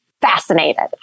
fascinated